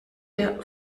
der